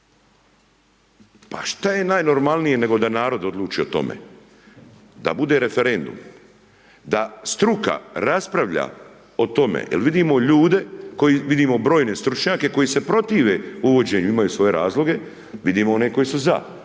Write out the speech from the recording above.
pa šta je normalnije nego da narod odluči o tome? Da bude referendum, da struka raspravlja, jer vidimo ljude, vidimo brojne stručnjake koji se protive uvođenju, imaju svoje razloge, vidimo one koji su za,